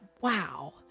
wow